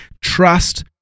Trust